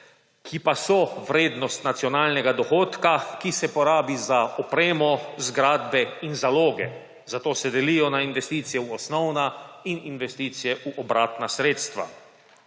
ki pa so vrednost nacionalnega dohodka, ki se porabi za opremo zgradbe in zaloge, zato se delijo na investicijo v osnovna in investicije v obratna sredstva.